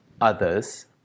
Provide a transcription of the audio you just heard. others